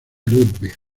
ludwig